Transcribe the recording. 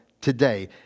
today